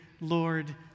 Lord